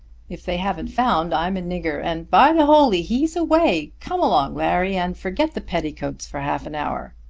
if they haven't found i'm a nigger and by the holy he's away. come along larry and forget the petticoats for half an hour.